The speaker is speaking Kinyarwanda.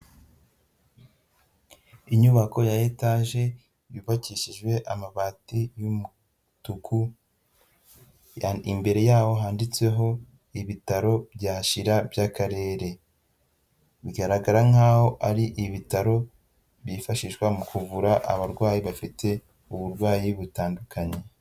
Inyubako ya etaje, yubakishijwe amabati y'umutuku, imbere yaaho handitseho ibitaro bya Shyira by'Akarere. Bigaragara nk'aho ari ibitaro byifashishwa mu kuvura abarwayi bafite uburwayi butandukanye.